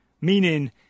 Meaning